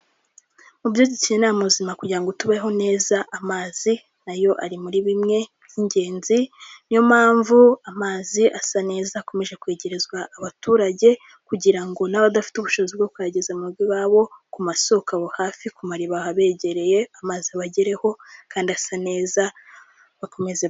Mu byo dukenera mu buzima kugira ngo tubeho neza amazi nayo ari muri bimwe by'ingenzi, niyo mpamvu amazi asa neza akomeje kwegerezwa abaturage, kugira ngo n'abadafite ubushobozi bwo kuyageza murugo iwabo, ku masoko aho hafi, ku mariba abegereye amazi abagereho, kandi asa neza, bakomeze...